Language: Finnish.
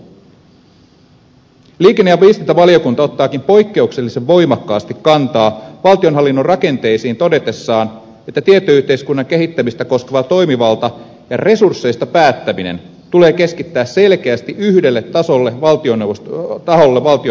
liikenne ja viestintävaliokunta ottaakin poikkeuksellisen voimakkaasti kantaa valtionhallinnon rakenteisiin todetessaan että tietoyhteiskunnan kehittämistä koskeva toimivalta ja resursseista päättäminen tulee keskittää selkeästi yhdelle taholle valtioneuvoston tasolla